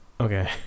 Okay